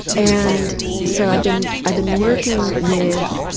and so i've been i've been working with